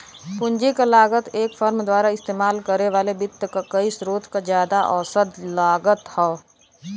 पूंजी क लागत एक फर्म द्वारा इस्तेमाल करे वाले वित्त क कई स्रोत क जादा औसत लागत हौ